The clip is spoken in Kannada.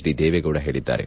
ಡಿ ದೇವೇಗೌಡ ಹೇಳಿದ್ದಾರೆ